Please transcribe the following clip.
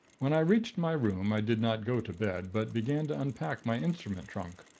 when i reached my room, i did not go to bed but began to unpack my instrument trunk,